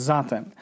Zatem